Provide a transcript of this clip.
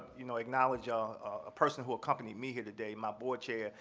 you know, acknowledge ah a person who accompanied me here today, my board chair,